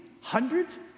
Hundreds